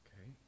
okay